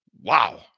Wow